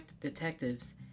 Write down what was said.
detectives